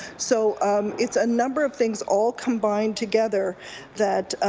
so it's a number of things all combined together that